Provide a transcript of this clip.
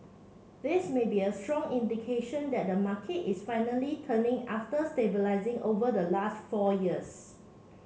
this may be a strong indication that the market is finally turning after stabilising over the last four years